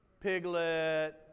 Piglet